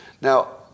Now